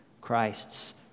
Christ's